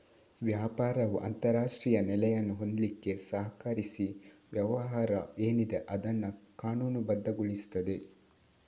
ವ್ಯಾಪಾರವು ಅಂತಾರಾಷ್ಟ್ರೀಯ ನೆಲೆಯನ್ನು ಹೊಂದ್ಲಿಕ್ಕೆ ಸಹಕರಿಸಿ ವ್ಯವಹಾರ ಏನಿದೆ ಅದನ್ನ ಕಾನೂನುಬದ್ಧಗೊಳಿಸ್ತದೆ